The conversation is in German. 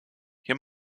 hier